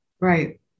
Right